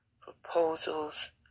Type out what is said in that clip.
Proposals